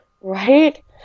right